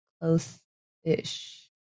close-ish